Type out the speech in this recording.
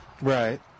Right